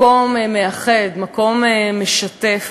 מקום מאחד, מקום משתף.